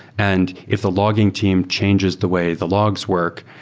and if the logging team changes the way the logs work,